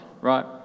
right